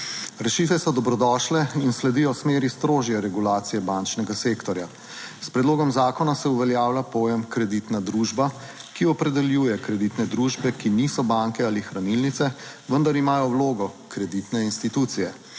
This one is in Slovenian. Rešitve so dobrodošle in sledijo smeri strožje regulacije bančnega sektorja. S predlogom zakona se uveljavlja pojem kreditna družba, ki opredeljuje kreditne družbe, ki niso banke ali hranilnice, vendar imajo vlogo kreditne institucije.